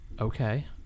Okay